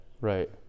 Right